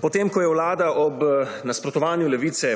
Potem, ko je Vlada ob nasprotovanju Levice